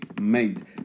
made